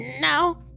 No